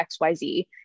XYZ